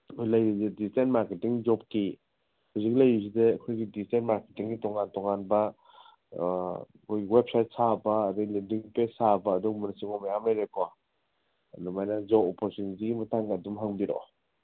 ꯑꯩꯈꯣꯏ ꯂꯩꯔꯤꯕ digital marketing ꯖꯣꯕꯀꯤ ꯍꯧꯖꯤꯛ ꯂꯩꯔꯤꯕꯁꯤꯗ ꯑꯩꯈꯣꯏꯒꯤ ꯗꯤꯖꯤꯇꯦꯜ ꯃꯥꯔꯀꯦꯇꯤꯡꯒꯤ ꯇꯣꯉꯥꯟ ꯇꯣꯉꯥꯟꯕ ꯑꯥ ꯑꯩꯈꯣꯏꯒꯤ ꯋꯦꯕꯁꯥꯏꯠ ꯁꯥꯕ ꯑꯗꯒꯤ ꯂꯣꯗꯤꯡ ꯄꯦꯖ ꯁꯥꯕ ꯑꯗꯨꯒꯨꯝꯕꯅ ꯆꯤꯡꯕ ꯃꯌꯥꯝ ꯂꯩꯔꯦꯀꯣ ꯑꯗꯨꯃꯥꯏꯅ ꯖꯣꯕ ꯑꯣꯄꯣꯔꯆꯨꯅꯤꯇꯤꯒꯤ ꯃꯇꯥꯡꯗ ꯑꯗꯨꯝ ꯍꯪꯕꯤꯔꯛꯑꯣ